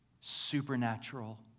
supernatural